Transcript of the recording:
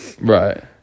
Right